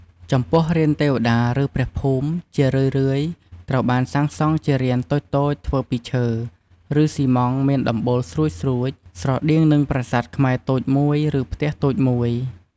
ចំពោះរានទេវតាឬព្រះភូមិ ជារឿយៗត្រូវបានសាងសង់ជារានតូចៗធ្វើពីឈើ ឬស៊ីម៉ង់ត៍មានដំបូលស្រួចៗ ស្រដៀងនឹងប្រាសាទខ្មែរតូចមួយឬផ្ទះតូចមួយ។